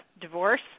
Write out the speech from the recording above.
divorce